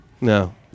No